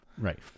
Right